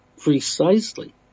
precisely